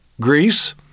Greece